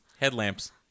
headlamps